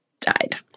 died